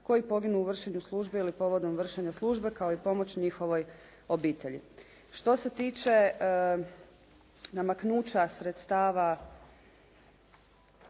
koji poginu u vršenju službe ili povodom vršenja službe kao i pomoć njihovoj obitelji. Što se tiče namaknuća sredstava